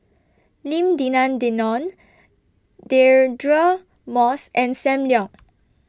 Lim Denan Denon Deirdre Moss and SAM Leong